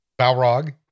balrog